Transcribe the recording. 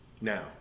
now